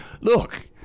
look